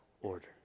order